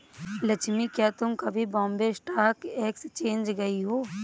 लक्ष्मी, क्या तुम कभी बॉम्बे स्टॉक एक्सचेंज गई हो?